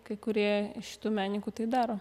kai kurie iš tų menininkų tai daro